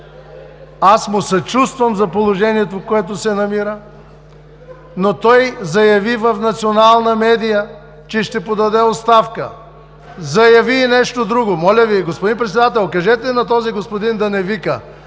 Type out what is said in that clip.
аз му съчувствам за положението, в което се намира, но той заяви в национална медия, че ще подаде оставка (реплика от ГЕРБ.). Заяви и нещо друго… Моля Ви, господин Председател, кажете на този господин да не вика!